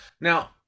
Now